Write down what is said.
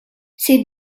ses